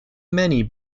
many